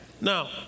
Now